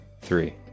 three